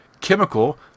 chemical